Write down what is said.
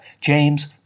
James